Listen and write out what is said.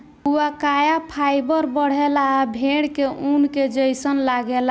हुआकाया फाइबर बढ़ेला आ भेड़ के ऊन के जइसन लागेला